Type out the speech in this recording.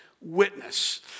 witness